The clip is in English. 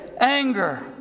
anger